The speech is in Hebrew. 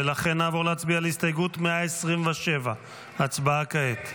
ולכן נעבור להצביע על הסתייגות 127. הצבעה כעת.